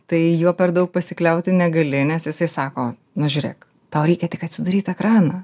tai juo per daug pasikliauti negali nes jisai sako na žiūrėk tau reikia tik atsidaryt ekraną